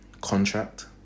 contract